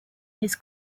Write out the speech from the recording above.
his